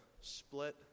split